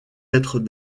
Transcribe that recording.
être